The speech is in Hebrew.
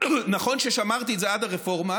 נכון ששמרתי את זה עד הרפורמה,